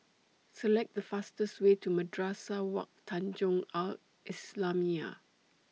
Select The fastest Way to Madrasah Wak Tanjong Al Islamiah